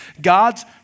God's